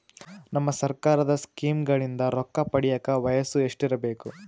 ನಮ್ಮ ಸರ್ಕಾರದ ಸ್ಕೀಮ್ಗಳಿಂದ ರೊಕ್ಕ ಪಡಿಯಕ ವಯಸ್ಸು ಎಷ್ಟಿರಬೇಕು?